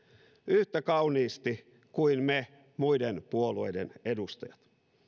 yhtä kauniisti kuin me muiden puolueiden edustajat